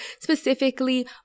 specifically